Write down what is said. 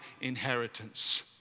inheritance